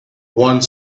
one